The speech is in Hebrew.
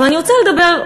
אבל אני רוצה לדבר,